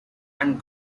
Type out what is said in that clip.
and